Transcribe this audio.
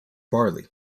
barley